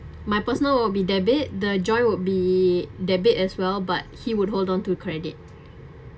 my personal would be debit the joint would be debit as well but he would hold on to credit